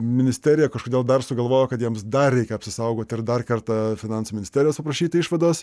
ministerija kažkodėl dar sugalvojo kad jiems dar reikia apsisaugoti ir dar kartą finansų ministerijos paprašyti išvados